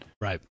Right